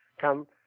come